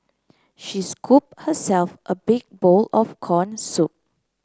she scoop herself a big bowl of corn soup